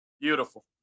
Beautiful